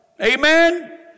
Amen